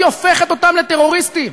היא הופכת אותם לטרוריסטים?